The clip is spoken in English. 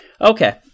Okay